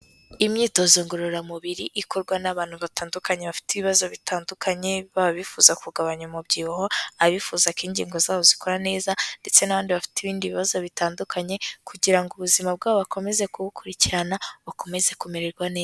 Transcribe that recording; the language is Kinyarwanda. Imyitozo ngororamubiri ikorwa n'abantu batandukanye bafite ibibazo bitandukanye, baba abifuza kugabanya umubyibuho, abifuza ko ingingo zabo zikora neza, ndetse n'abandi bafite ibindi bibazo bitandukanye, kugira ngo ubuzima bwabo bakomeze kubukurikirana, bakomeze kumererwa neza.